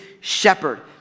shepherd